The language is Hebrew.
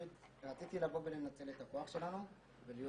פשוט רציתי לבוא ולנצל את הכוח שלנו ולהיות